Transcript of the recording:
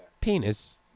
penis